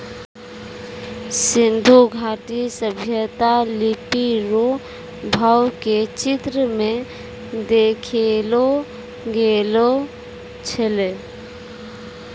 सिन्धु घाटी सभ्यता लिपी रो भाव के चित्र मे देखैलो गेलो छलै